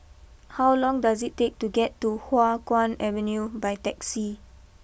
how long does it take to get to Hua Guan Avenue by taxi